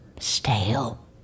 stale